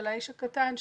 של האיש הקטן,